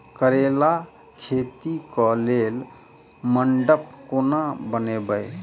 करेला खेती कऽ लेल मंडप केना बनैबे?